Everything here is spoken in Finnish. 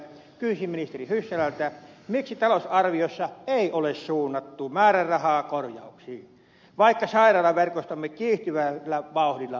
kysyisin ministeri hyssälältä miksi talousarviossa ei ole suunnattu määrärahaa korjauksiin vaikka sairaalaverkostomme kiihtyvällä vauhdilla rapistuu